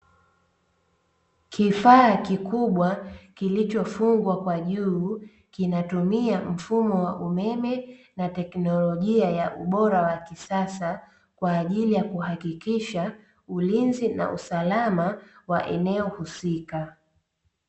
Kifaa kikubwa kilichofungwa kwa juu kinatumia mfumo wa umeme na teknolojia ya ubora wa kisasa, kwa ajili ya kuhakikisha ulinzi na usalama wa eneo husika.